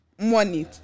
money